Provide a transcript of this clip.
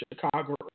Chicago